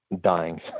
dying